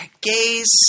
gays